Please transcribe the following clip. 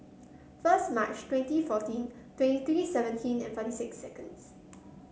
first March twenty fourteen twenty seventeen and forty six seconds